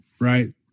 right